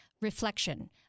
reflection